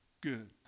good